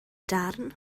darn